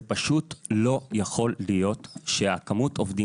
זה פשוט לא יכול להיות שכמות העובדים